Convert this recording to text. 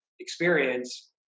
experience